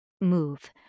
move